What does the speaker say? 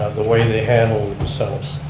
the way they handle themselves.